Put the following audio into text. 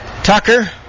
Tucker